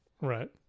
Right